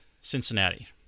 Cincinnati